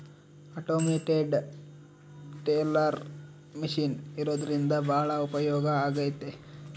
automated teller machine ಇರೋದ್ರಿಂದ ಭಾಳ ಉಪಯೋಗ ಆಗೈತೆ